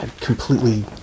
completely